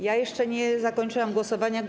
Jeszcze nie zakończyłam głosowania.